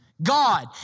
God